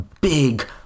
big